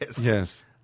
Yes